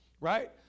Right